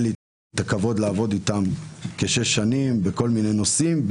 לי הכבוד לעבוד איתם כשש שנים בכל מיני נושאים,